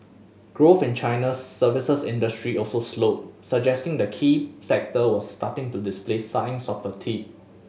growth in China's services industry also slowed suggesting the key sector was starting to display signs of fatigue